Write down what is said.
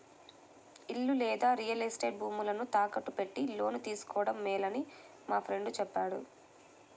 ఇల్లు లేదా real estate భూములను తాకట్టు పెట్టి లోను తీసుకోడం మేలని మా ఫ్రెండు చెప్పాడు